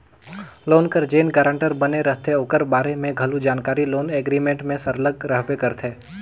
loan कर जेन guarantor बने रहथे ओकर बारे में घलो जानकारी लोन एग्रीमेंट में सरलग रहबे करथे